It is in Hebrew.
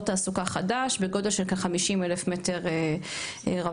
תעסוקה חדש בגודל של כ- 50 אלף מטר רבוע,